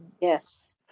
Yes